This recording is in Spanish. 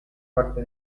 parte